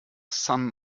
son